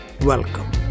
Welcome